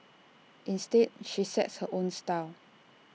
instead she sets her own style